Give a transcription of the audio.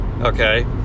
Okay